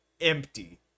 empty